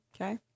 Okay